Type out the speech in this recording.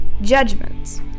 judgments